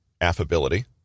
affability